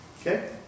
Okay